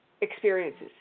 experiences